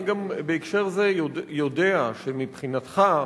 אני גם בהקשר זה יודע שמבחינתך,